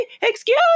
excuse